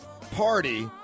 party